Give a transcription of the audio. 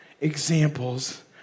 Examples